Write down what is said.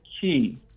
key